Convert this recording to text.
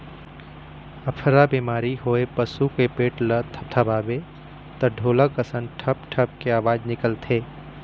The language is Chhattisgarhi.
अफरा बेमारी होए पसू के पेट ल थपथपाबे त ढोलक असन ढप ढप के अवाज निकलथे